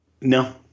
No